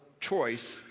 choice